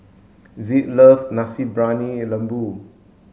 zed loves nasi briyani lembu